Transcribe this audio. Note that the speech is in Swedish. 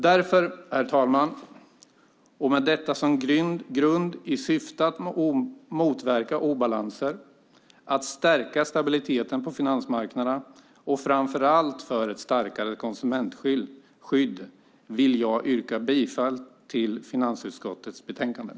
Därför, herr talman, och med detta som grund i syfte att motverka obalanser, att stärka stabiliteten på finansmarknaden och framför allt för ett starkare konsumentskydd yrkar jag bifall till finansutskottets förslag i betänkandet.